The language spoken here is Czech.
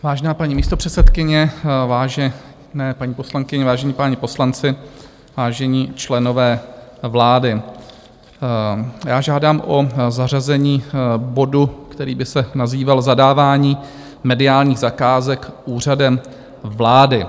Vážená paní místopředsedkyně, vážené paní poslankyně, vážení páni poslanci, vážení členové vlády, žádám o zařazení bodu, který by se nazýval Zadávání mediálních zakázek Úřadem vlády.